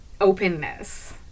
openness